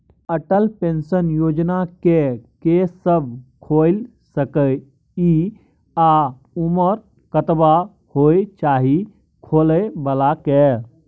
Atal pension Yojana के के सब खोइल सके इ आ उमर कतबा होय चाही खोलै बला के?